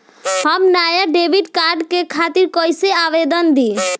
हम नया debit card के खातिर कइसे आवेदन दीं?